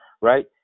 right